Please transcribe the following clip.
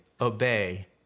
obey